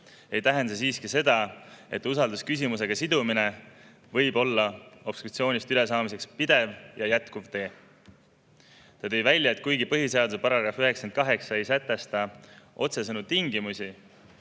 ei tähenda see siiski seda, et usaldusküsimusega sidumine võib olla obstruktsioonist ülesaamiseks pidev ja jätkuv tee. Ta tõi välja, et kuigi põhiseaduse § 98 ei sätesta otsesõnu tingimusi,